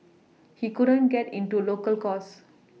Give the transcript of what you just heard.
he couldn't get into local course